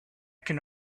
can